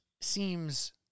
seems